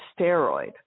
steroid